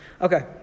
Okay